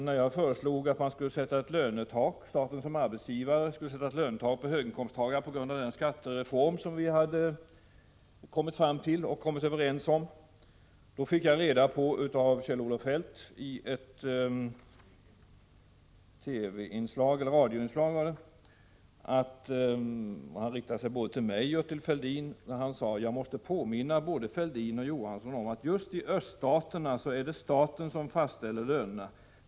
När jag föreslog att staten som arbetsgivare skulle sätta ett lönetak för höginkomsttagare på grund av den skattereform som vi hade kommit överens om, fick jag av Kjell-Olof Feldt, genom ett radioinslag, höra följande — han riktade sig både till mig och till Fälldin: Jag måste påminna både Fälldin och Johansson om att just i öststaterna är det staten som fastställer lönerna.